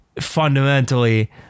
fundamentally